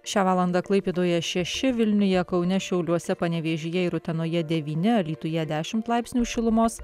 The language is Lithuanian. šią valandą klaipėdoje šeši vilniuje kaune šiauliuose panevėžyje ir utenoje devyni alytuje dešimt laipsnių šilumos